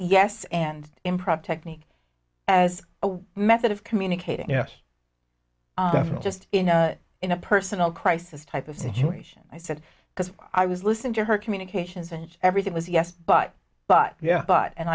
yes and improper technique as a method of communicating yes i'm just you know in a personal crisis type of situation i said because i was listening to her communications and everything was yes but but yeah but and